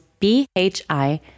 BHI